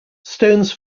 stones